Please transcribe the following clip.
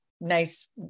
nice